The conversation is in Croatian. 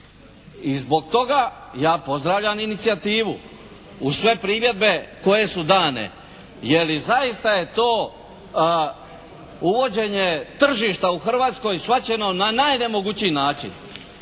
I zbog toga ja pozdravljam inicijativu uz sve primjedbe koje su dane je li zaista je to uvođenje tržišta u Hrvatskoj shvaćeno na najnemogući način.